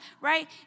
right